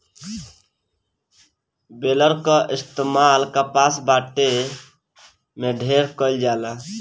baler कअ इस्तेमाल कपास काटे में ढेर कइल जाला